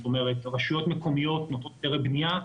זאת אומרת, רשויות מקומיות נותנות היתרי בנייה,